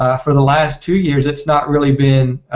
ah for the last two years it's not really being ah.